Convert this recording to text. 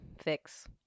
fix